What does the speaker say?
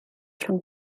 rhwng